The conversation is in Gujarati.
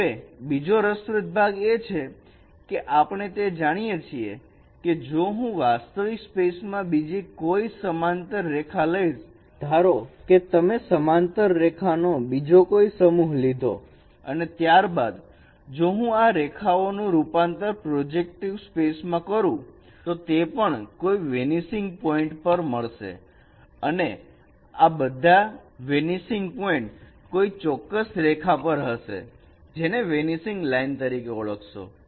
હવે બીજો રસપ્રદ ભાગ એ છેઆપણે તે જાણીએ છીએ કે જો હું વાસ્તવિક સ્પેસમાં બીજી કોઈ સમાંતર રેખા લઈશ ધારો કે તમે સમાંતર રેખાઓ નો બીજો કોઈ એક સમૂહ લીધો અને ત્યારબાદ જો હું આ રેખાઓ નું રૂપાંતર પ્રોજેકટીવ સ્પેસમાં કરું તો તે પણ કોઈ વેનીસિંગ પોઇન્ટ પર મળશે અને આ બધા જ વેનીસિંગ પોઇન્ટ કોઈ ચોક્કસ રેખા પર હશે જેને વેનીસિંગ લાઈન તરીકે ઓળખશો